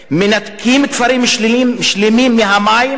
מנתקים כפרים שלמים ממים,